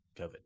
covid